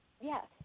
Yes